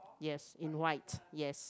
yes in white yes